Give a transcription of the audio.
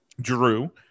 drew